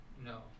No